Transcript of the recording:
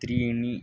त्रीणि